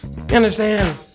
understand